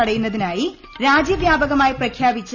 തടയുന്നതിനായി രാജ്യ വ്യാപകമായി പ്രഖ്യാപിച്ചു